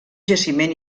jaciment